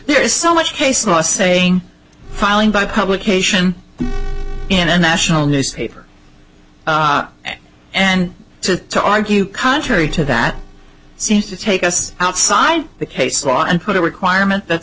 there's so much case law saying filing by publication in a national newspaper and so to argue contrary to that seems to take us outside the case law and put a requirement that